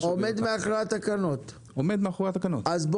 אני עומד מאחורי התקנות כגורם המקצוע.